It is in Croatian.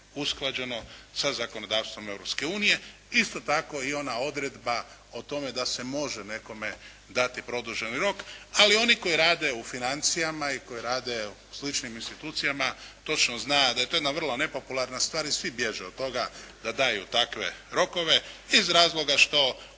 usklađeno sa zakonodavstvom Europske unije, isto tako i ona odredba o tome da se može nekome dati produženi rok, ali oni koji rade u financijama i koji rade u sličnim institucijama, točno zna da je to jedna vrlo nepopularna stvar i svi bježe od toga da daju takve rokove iz razloga što